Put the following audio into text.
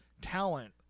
talent